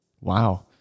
Wow